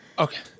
Okay